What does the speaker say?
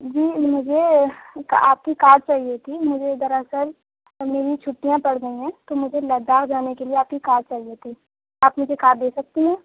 جی مجھے آپ کی کار چاہیے تھی مجھے دراصل میری چھٹیاں پڑ گئی ہیں تو مجھے لداخ جانے کے لیے آپ کی کار چاہیے تھی آپ مجھے کار دے سکتی ہیں